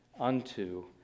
unto